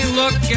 look